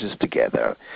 together